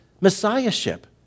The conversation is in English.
messiahship